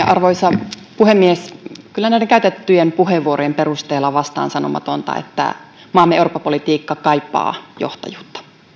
arvoisa puhemies kyllä näiden käytettyjen puheenvuorojen perusteella on vastaansanomatonta että maamme eurooppa politiikka kaipaa johtajuutta